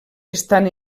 estan